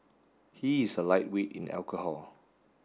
he is a lightweight in alcohol